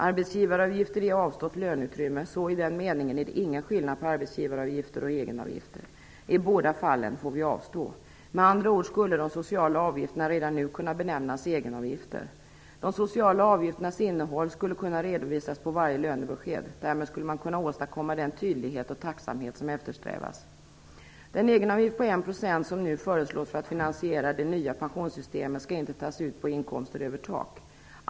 Arbetsgivaravgifter är avstått löneutrymme, så i den meningen är det ingen skillnad på arbetsgivaravgifter och egenavgifter. I båda fallen får vi avstå. Med andra ord skulle de sociala avgifterna redan nu kunna benämnas egenavgifter. De sociala avgifternas innehåll skulle kunna redovisas på varje lönebesked. Därmed skulle man åstadkomma den tydlighet och tacksamhet som eftersträvas. Den egenavgift på 1 procent som nu föreslås för att finansiera det nya pensionssystemet skall inte tas ut på inkomster över tak.